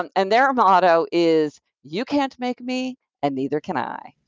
and and their motto is you can't make me and neither can i,